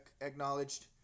acknowledged